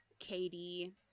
katie